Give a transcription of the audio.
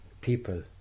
people